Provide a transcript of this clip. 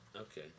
Okay